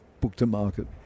book-to-market